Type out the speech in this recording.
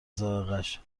ذائقهاش